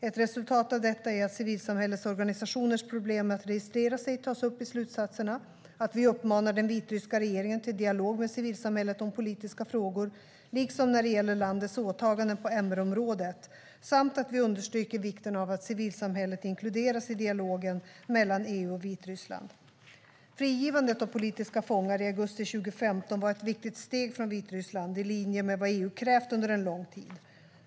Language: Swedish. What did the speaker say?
Ett resultat av detta är att civilsamhällesorganisationers problem med att registrera sig tas upp i slutsatserna, att vi uppmanar den vitryska regeringen till dialog med civilsamhället om politiska frågor liksom när det gäller landets åtaganden på MR-området samt att vi understryker vikten av att civilsamhället inkluderas i dialogen mellan EU och Vitryssland. Frigivningen av återstående politiska fångar i augusti 2015 var ett viktigt steg från Vitryssland i linje med vad EU krävt under en lång tid.